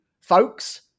folks